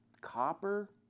copper